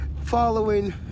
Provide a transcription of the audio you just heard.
following